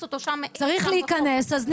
אותו שם תחת החוק -- צריך להיכנס אז נכניס.